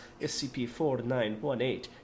SCP-4918